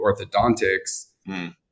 orthodontics